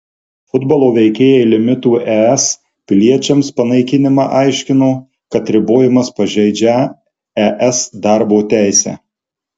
futbolo veikėjai limitų es piliečiams panaikinimą aiškino kad ribojimas pažeidžią es darbo teisę